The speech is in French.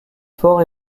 fort